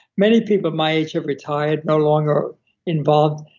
many people my age have retired, no longer involved.